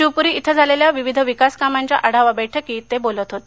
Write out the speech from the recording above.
शिवपुरी इथं झालेल्या विविध विकास कामांच्या आढावा बेठकीत ते बोलत होते